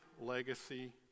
legacy